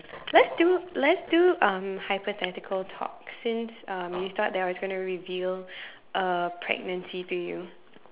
let's do let's do um hypothetical talks since um you thought that I was gonna reveal uh pregnancy to you